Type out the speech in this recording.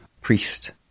priest